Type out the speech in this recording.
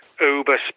uber